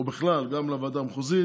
או בכלל, גם לוועדה המחוזית.